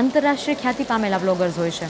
આંતરરાષ્ટ્રીય ખ્યાતિ પામેલાં બ્લોગર્સ હોય છે